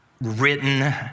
written